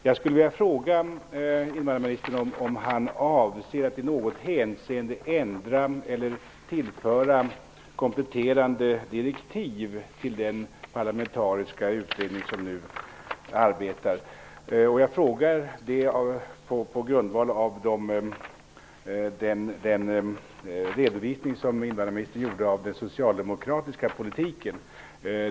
Jag skulle vilja fråga invandrarministern, om han avser att i något hänseende ändra eller komplettera direktiven för den parlamentariska utredning som nu arbetar. Jag frågar på grundval av den redovisning som invandrarministern gjorde av den socialdemokratiska politiken.